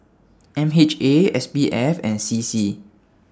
MHA SPF and CC